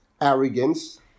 arrogance